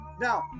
Now